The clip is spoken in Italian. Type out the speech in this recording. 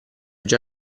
già